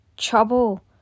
trouble